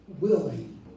willing